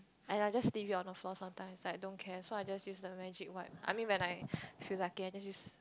and I just leave it on the floor sometimes like I don't care so I just use the magic wipes I mean when I feel like it I just use